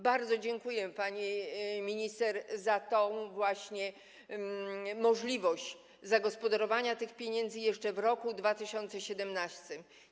Bardzo dziękuję, pani minister, za możliwość zagospodarowania tych pieniędzy jeszcze w roku 2017.